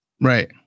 Right